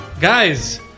Guys